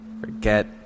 Forget